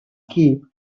keep